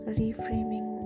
reframing